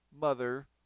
mother